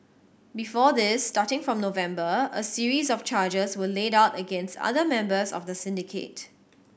before this starting from November a series of charges were laid out against other members of the syndicate